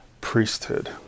priesthood